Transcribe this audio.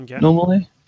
normally